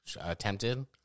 attempted